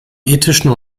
ethischen